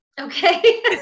Okay